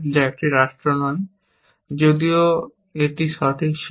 যা একটি রাষ্ট্র নয় যদিও এটি সঠিক ছিল